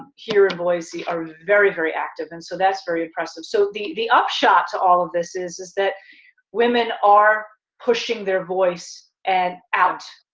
here in boise are very, very active. and so that's very impressive. so the the upshot to all this is is that women are pushing their voice and out.